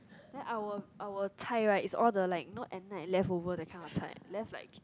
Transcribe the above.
then our our zhai right is all the like you know at night leftover that kind of zhai left like